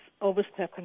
Overstepping